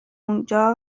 اونجا